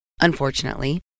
unfortunately